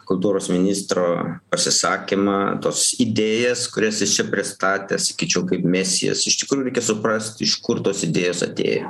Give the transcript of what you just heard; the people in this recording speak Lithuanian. kultūros ministro pasisakymą tos idėjas kurias jis čia pristatė sakyčiau kaip mesijas iš tikrųjų reikia suprast iš kur tos idėjos atėjo